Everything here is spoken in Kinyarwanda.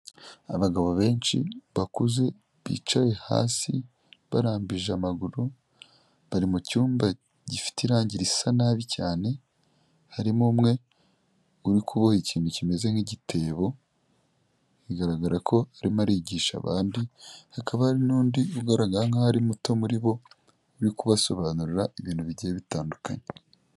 Abagabo benshi, bakuze ,bicaye hasi barambije amaguru, bari mu cyumba gifite irangi risa nabi cyane, harimo umwe urikuboha ikintu kimeze nk'igitebo bigaragara ko arimo arigisha abandi, hakaba hari n'undi ugaragara nk'aho ari muto muri bo uri kubasobanurira ibintu bigiye bitandukanye.